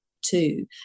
two